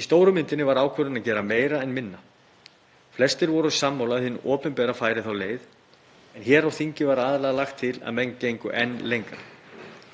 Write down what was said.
Í stóru myndinni var ákvörðunin að gera meira en minna. Flestir voru sammála um að hið opinbera færi þá leið en hér á þingi var aðallega lagt til að menn gengju enn lengra.